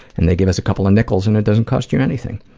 and they give us a couple of nickels and it doesn't cost you anything.